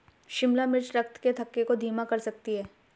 शिमला मिर्च रक्त के थक्के को धीमा कर सकती है